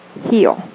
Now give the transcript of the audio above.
heal